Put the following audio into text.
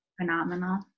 Phenomenal